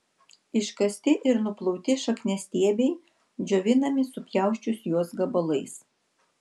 iškasti ir nuplauti šakniastiebiai džiovinami supjausčius juos gabalais